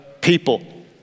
people